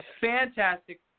fantastic